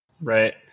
Right